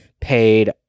paid